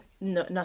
no